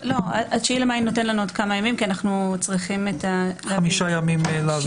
ה-9 במאי נותן לנו שישה ימים.